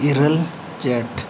ᱤᱨᱟᱹᱞ ᱡᱷᱮᱴ